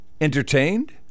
entertained